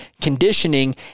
conditioning